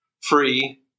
free